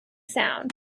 sound